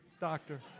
doctor